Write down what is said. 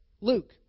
Luke